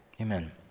Amen